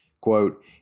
Quote